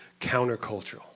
countercultural